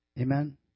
Amen